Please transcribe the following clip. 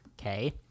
Okay